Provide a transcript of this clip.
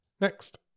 Next